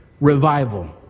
revival